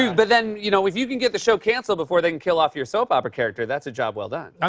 but then, you know, if you can get the show canceled before they can kill off your soap-opera character, that's a job well done.